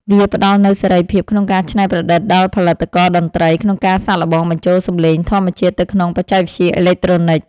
វាផ្ដល់នូវសេរីភាពក្នុងការច្នៃប្រឌិតដល់ផលិតករតន្ត្រី ក្នុងការសាកល្បងបញ្ចូលសំឡេងធម្មជាតិទៅក្នុងបច្ចេកវិទ្យាអេឡិចត្រូនិក។